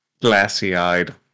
glassy-eyed